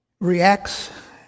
reacts